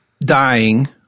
dying